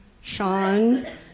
Sean